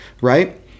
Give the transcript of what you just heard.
right